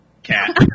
Cat